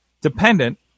dependent